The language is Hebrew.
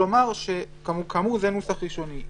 כאמור זה נוסח ראשוני.